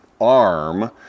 arm